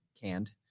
canned